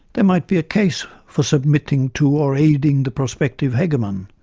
there might be a case for submitting to or aiding the prospective hegemon,